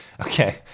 Okay